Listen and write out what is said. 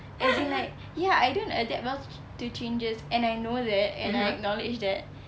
as in like ya I don't adapt well t~ to changes and I know that and I acknowledge that